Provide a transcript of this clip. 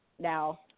now